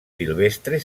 silvestre